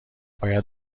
باید